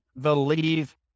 believe